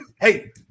Hey